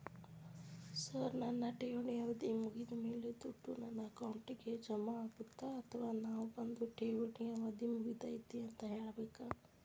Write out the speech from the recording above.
Sir ನನ್ನ ಠೇವಣಿ ಅವಧಿ ಮುಗಿದಮೇಲೆ, ದುಡ್ಡು ನನ್ನ ಅಕೌಂಟ್ಗೆ ಜಮಾ ಆಗುತ್ತ ಅಥವಾ ನಾವ್ ಬಂದು ಠೇವಣಿ ಅವಧಿ ಮುಗದೈತಿ ಅಂತ ಹೇಳಬೇಕ?